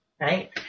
Right